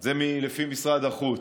זה לפי משרד החוץ.